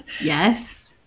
Yes